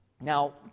Now